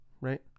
right